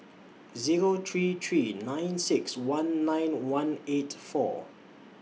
Zero three three nine six one nine one eight four